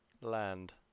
land